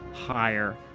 higher,